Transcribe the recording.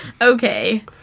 Okay